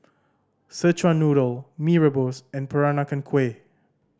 Szechuan Noodle Mee Rebus and Peranakan Kueh